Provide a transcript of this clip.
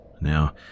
Now